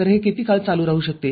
तर हे किती काळ चालू राहते